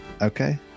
Okay